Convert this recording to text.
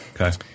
Okay